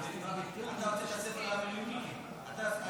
אתה הוצאת ספר על המילואים שלך,